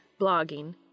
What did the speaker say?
Blogging